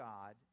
God